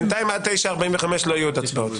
עד 09:45 לא יהיו עוד הצבעות.